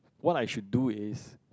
what I should do is